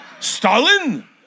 Stalin